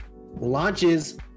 launches